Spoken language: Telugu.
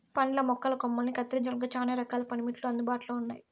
పండ్ల మొక్కల కొమ్మలని కత్తిరించడానికి చానా రకాల పనిముట్లు అందుబాటులో ఉన్నయి